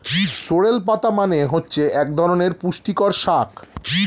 sorrel পাতা মানে হচ্ছে এক ধরনের পুষ্টিকর শাক